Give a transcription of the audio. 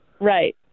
Right